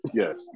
yes